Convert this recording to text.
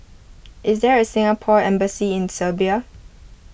is there a Singapore Embassy in Serbia